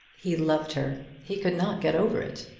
he loved her. he could not get over it.